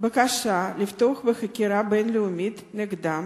בקשה לפתוח בחקירה בין-לאומית נגדם